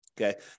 Okay